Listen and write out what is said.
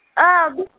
औ